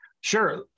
Sure